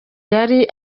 yari